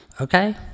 Okay